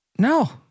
No